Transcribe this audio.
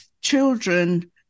children